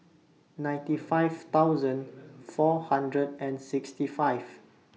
ninety five thousand four hundred and sixty five